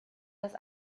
das